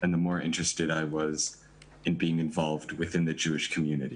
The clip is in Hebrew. ומעוניין יותר להיות מעורב בקהילה היהודית.